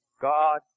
God